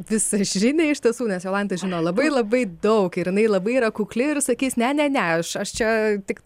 visažinė iš tiesų nes jolanta žino labai labai daug ir jinai labai yra kukli ir sakys ne ne ne aš aš čia tik